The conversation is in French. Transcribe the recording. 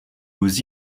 aux